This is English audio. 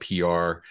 PR